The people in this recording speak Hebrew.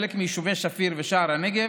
חלק מיישובי שפיר ושער הנגב